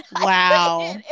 Wow